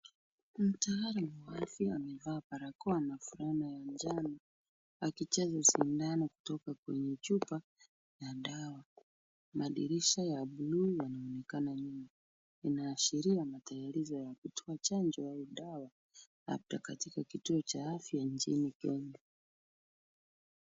Mtaalamu wa afya amevaa barakoa na fulana ya njano akijaza sindano kutoka kwenye chupa ya dawa. Madirisha ya bluu yanaonekana nyuma. Inaashiria matayarisho ya kutoa chanjo au dawa labda katika kituo cha afya nchini Kenya.